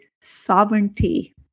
sovereignty